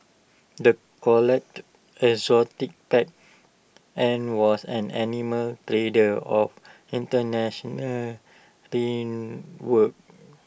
the collected exotic pets and was an animal trader of International